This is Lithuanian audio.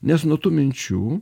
nes nuo tų minčių